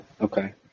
okay